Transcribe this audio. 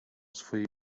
swojej